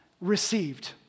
received